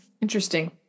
Interesting